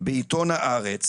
בעיתון הארץ